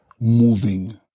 moving